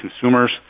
consumers